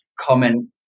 comment